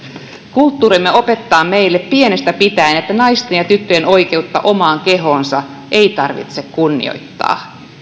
kulttuurimme opettaa meille pienestä pitäen että naisten ja tyttöjen oikeutta omaan kehoonsa ei tarvitse kunnioittaa